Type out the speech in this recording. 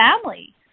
family